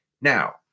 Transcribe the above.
Now